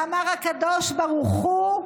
ואמר להם הקדוש ברוך הוא: